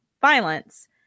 violence